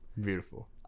Beautiful